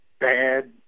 bad